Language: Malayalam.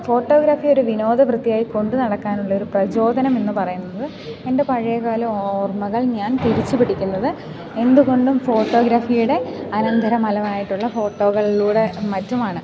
ഫോട്ടോഗ്രാഫി ഒരു വിനോദ പ്രവൃത്തിയായിക്കൊണ്ട് നടക്കാനുള്ളൊരു പ്രചോദനം എന്നു പറയുന്നത് എൻ്റെ പഴയകാലം ഓർമ്മകൾ ഞാൻ തിരിച്ചു പിടിക്കുന്നത് എന്തുകൊണ്ടും ഫോട്ടോഗ്രാഫിയുടെ അനന്തര ഫലമായിട്ടുള്ള ഫോട്ടോകളിലൂടെ മറ്റുമാണ്